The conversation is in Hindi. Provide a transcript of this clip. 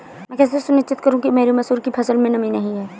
मैं कैसे सुनिश्चित करूँ कि मेरी मसूर की फसल में नमी नहीं है?